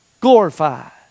glorified